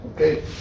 Okay